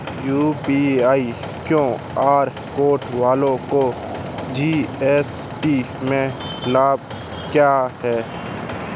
UPI QR code वालों को GST में लाभ क्या है?